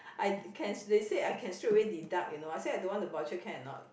I can they say I can straight away deduct you know I say I don't want the voucher can or not